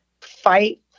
fight